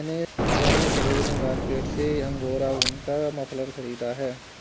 मैने सरोजिनी मार्केट से अंगोरा ऊन का मफलर खरीदा है